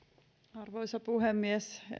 arvoisa puhemies